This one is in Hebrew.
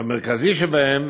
שהמרכזי שבהם